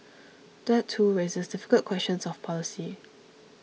that too raises difficult questions of policy